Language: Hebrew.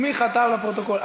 שמותיהם לפרוטוקול.